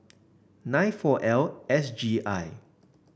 nine four L S G I